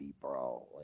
bro